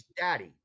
daddy